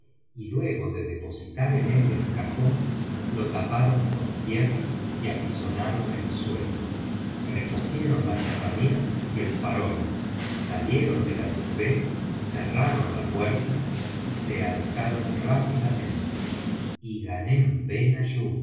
y luego de depositar en él el cajón lo taparon con tierra y apisonaron el suelo recogieron las herramientas y el farol salieron de la íoarbeh cerraron la puerta y se alejaron rápidamente y